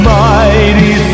mighty